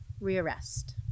re-arrest